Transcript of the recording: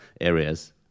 areas